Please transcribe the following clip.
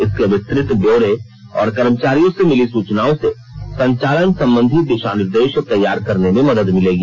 इसके विस्तृत ब्यौरे और कर्मचारियों से मिली सूचनाओं से संचालन संबंधी दिशानिर्देश तैयार करने में मदद मिलेगी